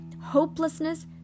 hopelessness